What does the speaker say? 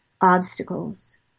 obstacles